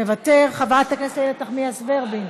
מוותר, חברת הכנסת איילת נחמיאס ורבין,